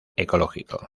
ecológico